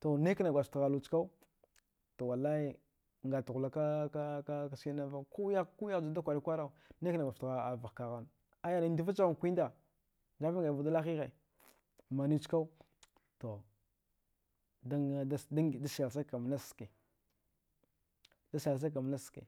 to naikanai gwadjgaft ghalwa tkau to wallai ngata ghulaka skinava, ku wiyah juwatada kwaraki kwara naikanai gwadjgaft vghakagha aya in dvachaghan kwinda ngaivaka ngaiva wud lahighe manuwe ska to da selsagka manachske, da selsagka manachske